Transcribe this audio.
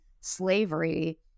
slavery